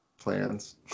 plans